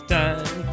time